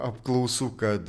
apklausų kad